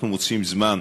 אנחנו מוצאים זמן,